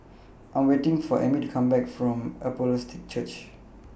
I Am waiting For Ammie to Come Back from Apostolic Church